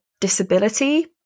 disability